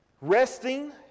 resting